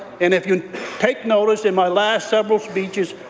and if you take notice, in my last several speeches,